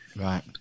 Right